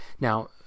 Now